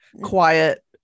quiet